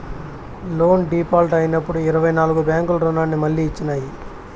loan default అయినప్పుడు ఇరవై నాల్గు బ్యాంకులు రుణాన్ని మళ్లీ ఇచ్చినాయి